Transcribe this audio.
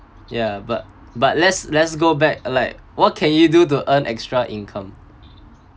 ya but but let's let's go back uh like what can you do to earn extra income